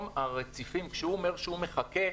כשהוא אומר שהוא מחכה,